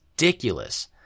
ridiculous